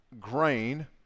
grain